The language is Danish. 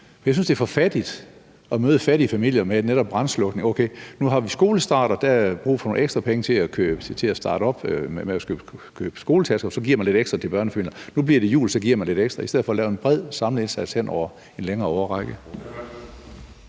gøre. Jeg synes, det er for fattigt at møde fattige familier med netop brandslukning, sådan noget: Okay, nu har vi skolestart, og der er brug for nogle ekstra penge til at starte op med at købe skoletasker, så vi giver lidt ekstra til børnefamilierne, og nu bliver det jul, så vi giver lidt ekstra – i stedet for at lave en bred, samlet indsats hen over en længere årrække.